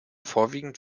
vorwiegend